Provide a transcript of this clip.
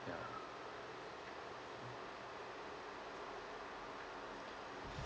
ya